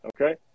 okay